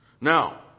Now